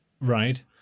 Right